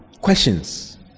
Questions